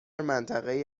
منطقهای